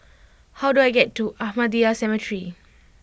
how do I get to Ahmadiyya Cemetery